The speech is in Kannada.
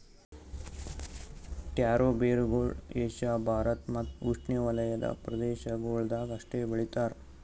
ಟ್ಯಾರೋ ಬೇರುಗೊಳ್ ಏಷ್ಯಾ ಭಾರತ್ ಮತ್ತ್ ಉಷ್ಣೆವಲಯದ ಪ್ರದೇಶಗೊಳ್ದಾಗ್ ಅಷ್ಟೆ ಬೆಳಿತಾರ್